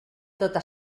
tota